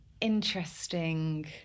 interesting